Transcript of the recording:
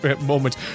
moment